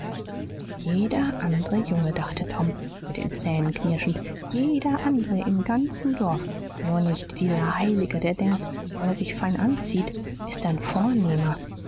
jeder andere junge dachte tom mit den zähnen knirschend jeder andere im ganzen dorf nur nicht dieser heilige der denkt weil er sich fein anzieht ist er n vornehmer